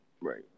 Right